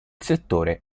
settore